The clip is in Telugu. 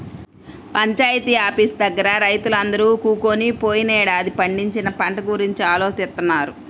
పంచాయితీ ఆఫీసు దగ్గర రైతులందరూ కూకొని పోయినేడాది పండించిన పంట గురించి ఆలోచిత్తన్నారు